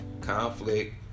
Conflict